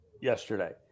yesterday